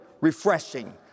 refreshing